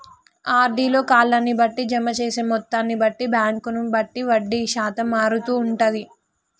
RD లో కాలాన్ని బట్టి, జమ చేసే మొత్తాన్ని బట్టి, బ్యాంకును బట్టి వడ్డీ శాతం మారుతూ ఉంటది